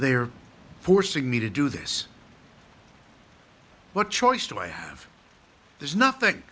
they are forcing me to do this what choice do i have there's nothing